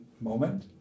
moment